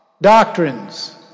doctrines